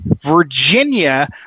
Virginia